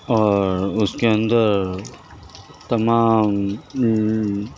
اور اس کے اندر تمام